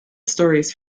stories